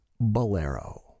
Bolero